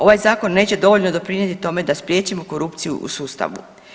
Ovaj zakon neće dovoljno doprinijeti tome da spriječimo korupciju u sustavu.